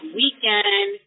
weekend